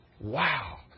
Wow